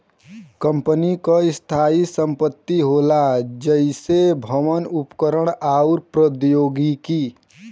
company क स्थायी संपत्ति होला जइसे भवन, उपकरण आउर प्रौद्योगिकी